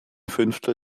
fünftel